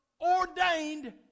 ordained